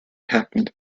happened